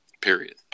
Period